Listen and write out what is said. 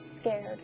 scared